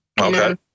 Okay